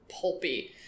pulpy